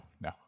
no